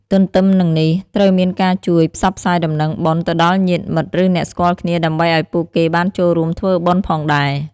ទទ្ទឹមនឹងនេះត្រូវមានការជួយផ្សព្វផ្សាយដំណឹងបុណ្យទៅដល់ញាតិមិត្ត ឬអ្នកស្គាល់គ្នា ដើម្បីឱ្យពួកគេបានចូលរួមធ្វើបុណ្យផងដែរ។